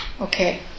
Okay